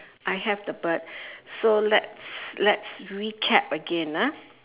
I have the bird so let's let's recap again ah